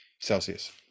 Celsius